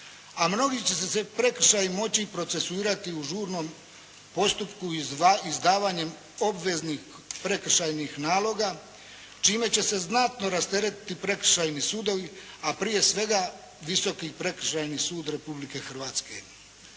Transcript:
a mnogi će se prekršaji moći procesuirati u žurnom postupku izdavanjem obveznih prekršajnih naloga čime će se znatno rasteretiti Prekršajni sudovi, a prije svega Visoki prekršajni sud Republike Hrvatske.